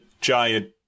giant